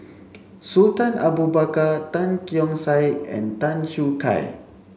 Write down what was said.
Sultan Abu Bakar Tan Keong Saik and Tan Choo Kai